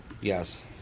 yes